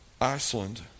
Iceland